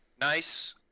Nice